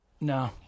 No